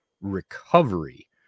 recovery